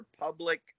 public